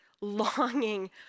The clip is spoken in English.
longing